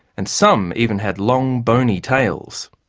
and some even had long bony tails.